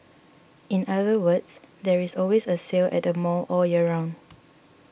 in other words there is always a sale at the mall all year round